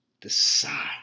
Decide